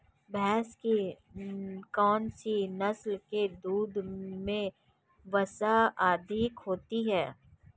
भैंस की कौनसी नस्ल के दूध में वसा अधिक होती है?